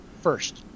first